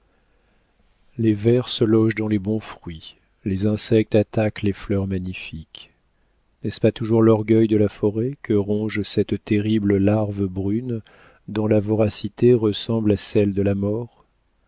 les vers se logent dans les bons fruits les insectes attaquent les fleurs magnifiques n'est-ce pas toujours l'orgueil de la forêt que ronge cette horrible larve brune dont la voracité ressemble à celle de la mort